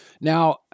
Now